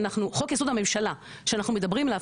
חוק יסוד הממשלה שאנחנו מדברים עליו,